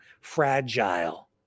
fragile